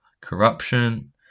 corruption